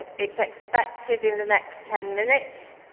it is expected in the next ten minutes.